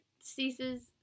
ceases